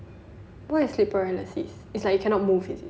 what is sleep paralysis is like you cannot move is it